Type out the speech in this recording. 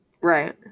Right